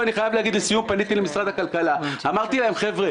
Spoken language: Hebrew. פניתי למשרד הכלכלה ואמרתי להם: חבר'ה,